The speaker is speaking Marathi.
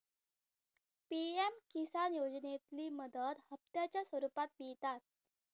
पी.एम किसान योजनेतली मदत हप्त्यांच्या स्वरुपात मिळता